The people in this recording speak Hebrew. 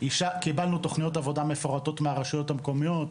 קיבלנו תוכניות עבודה מפורטות מהרשויות המקומיות.